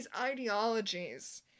ideologies